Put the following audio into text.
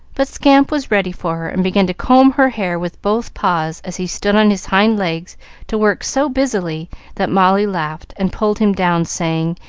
but scamp was ready for her, and began to comb her hair with both paws as he stood on his hind legs to work so busily that molly laughed and pulled him down, saying,